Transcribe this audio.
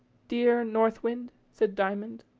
dear north wind, said diamond,